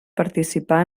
participar